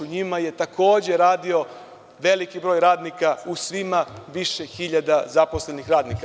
U njima je takođe radio veliki broj radnika u svima više hiljada zaposlenih radnika.